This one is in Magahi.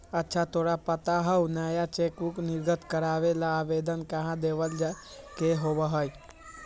अच्छा तोरा पता हाउ नया चेकबुक निर्गत करावे ला आवेदन कहाँ देवे के होबा हई?